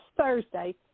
Thursday